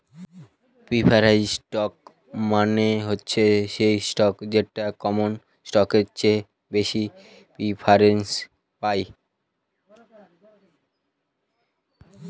preferred stock মানে হচ্ছে সেই স্টক যেটা কমন স্টকের চেয়ে বেশি প্রিফারেন্স পায়